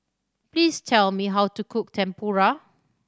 please tell me how to cook Tempura